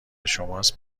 شماست